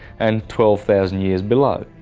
and twelve thousand years below.